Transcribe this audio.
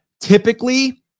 Typically